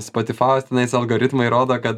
spotifajaus tenais algoritmai rodo kad